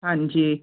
ਹਾਂਜੀ